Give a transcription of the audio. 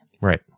Right